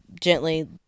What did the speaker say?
gently